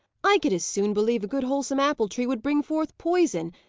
i could as soon believe a good wholesome apple-tree would bring forth poison,